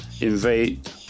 invade